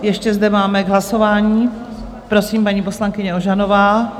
Ještě zde máme k hlasování, prosím, paní poslankyně Ožanová.